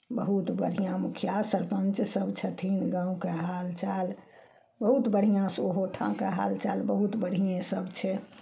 बहुत बढ़िऑं मुखिया सरपंच सब छथिन गाँवके हालचाल बहुत बढ़िऑं से ओहोठामके हालचाल बहुत बढ़िऑं सब छै